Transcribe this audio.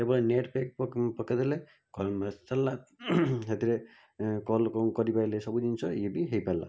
କେବଳ net pack ପକେଇଦେଲେ call message ଚାଲିଲା ସେଥିରେ ଏ କଲ୍ ଲୋକଙ୍କୁ କରିପାଇଲେ ସବୁ ଜିନିଷ ଇଏ ବି ହେଇପାରିଲା